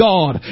God